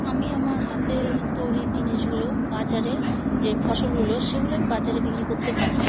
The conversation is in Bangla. আমি আমার হাতের তৈরির জিনিসগুলো বাজারে যে ফসলগুলো সেগুলো আমি বাজারে বিক্রি করতে পারি